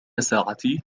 ساعتي